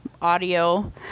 audio